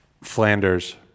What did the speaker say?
Flanders